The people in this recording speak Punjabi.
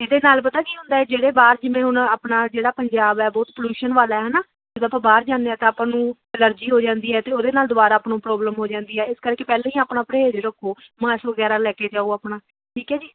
ਇਹਦੇ ਨਾਲ ਪਤਾ ਕੀ ਹੁੰਦਾ ਜਿਹੜੇ ਬਾਹਰ ਜਿਵੇਂ ਹੁਣ ਆਪਣਾ ਜਿਹੜਾ ਪੰਜਾਬ ਹੈ ਬਹੁਤ ਪਲਿਊਸ਼ਨ ਵਾਲਾ ਹੈ ਨਾ ਜਦੋਂ ਆਪਾਂ ਬਾਹਰ ਜਾਂਦੇ ਹਾਂ ਤਾਂ ਆਪਾਂ ਨੂੰ ਐਲਰਜੀ ਹੋ ਜਾਂਦੀ ਹੈ ਅਤੇ ਉਹਦੇ ਨਾਲ ਦੁਬਾਰਾ ਆਪਣਾ ਪ੍ਰੋਬਲਮ ਹੋ ਜਾਂਦੀ ਹੈ ਇਸ ਕਰਕੇ ਪਹਿਲਾਂ ਹੀ ਆਪਣਾ ਪ੍ਰਹੇਜ ਰੱਖੋ ਮਾਸਕ ਵਗੈਰਾ ਲੈ ਕੇ ਜਾਓ ਆਪਣਾ ਠੀਕ ਹੈ ਜੀ